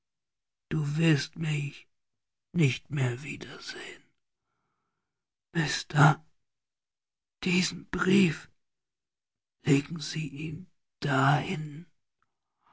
du wirst mich nicht mehr wiedersehen mr diesen brief legen sie ihn dahin